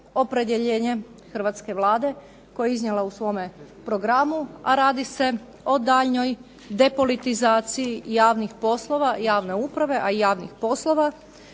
opredjeljenje Hrvatske vlade koje je iznijela u svome programu a radi se o daljnjoj depolitizaciji javnih poslova, javne uprave a i javnih poslova,